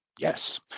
yes.